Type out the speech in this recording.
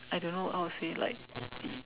I don't know how to say like